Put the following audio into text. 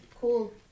Cool